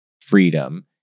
freedom